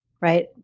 Right